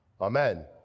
Amen